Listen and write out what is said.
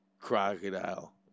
crocodile